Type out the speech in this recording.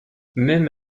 même